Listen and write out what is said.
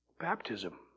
Baptism